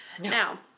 Now